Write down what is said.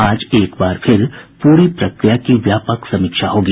आज एक बार फिर प्ररी प्रक्रिया की व्यापक समीक्षा होगी